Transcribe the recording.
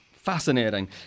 Fascinating